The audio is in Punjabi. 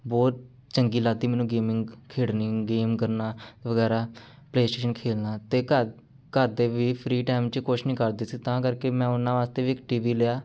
ਬਹੁਤ ਚੰਗੀ ਲੱਗਦੀ ਮੈਨੂੰ ਗੇਮਿੰਗ ਖੇਡਣੀ ਗੇਮ ਕਰਨਾ ਵਗੈਰਾ ਪਲੇਅ ਸਟੇਸ਼ਨ ਖੇਡਣਾ ਅਤੇ ਘਰ ਘਰ ਦੇ ਵੀ ਫਰੀ ਟਾਈਮ 'ਚ ਕੁਛ ਨਹੀਂ ਕਰਦੇ ਸੀ ਤਾਂ ਕਰਕੇ ਮੈਂ ਉਹਨਾਂ ਵਾਸਤੇ ਵੀ ਇੱਕ ਟੀ ਵੀ ਲਿਆ